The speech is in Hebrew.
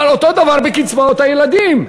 אבל אותו דבר בקצבאות הילדים: